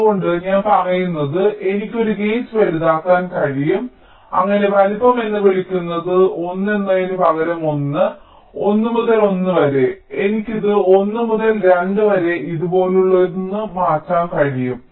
അതുകൊണ്ട് ഞാൻ പറയുന്നത് എനിക്ക് ഒരു ഗേറ്റ് വലുതാക്കാൻ കഴിയും അങ്ങനെ വലുപ്പം എന്ന് വിളിക്കുന്നത് 1 എന്നതിന് പകരം 1 1 മുതൽ 1 വരെ എനിക്ക് ഇത് 1 മുതൽ 2 വരെ ഇതുപോലുള്ള ഒന്ന് മാറ്റാൻ കഴിയും